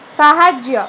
ସାହାଯ୍ୟ